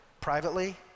privately